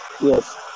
Yes